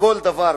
וכל דבר,